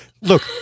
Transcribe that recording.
look